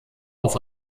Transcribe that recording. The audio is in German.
auf